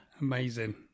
Amazing